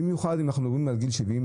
במיוחד אם אנחנו מדברים על אנשים מעל גיל 70,